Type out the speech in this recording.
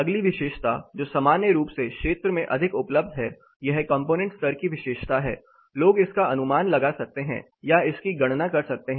अगली विशेषता जो सामान्य रूप से क्षेत्र में अधिक उपलब्ध है यह कंपोनेंट स्तर की विशेषता है लोग इसका अनुमान लगा सकते हैं या इसकी गणना कर सकते हैं